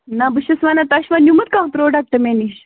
نہَ بہٕ چھَس ونان تۅہہِ چھُو نیٛوٗمُت کانٛہہ پرٛوڈکٹ مےٚ نِش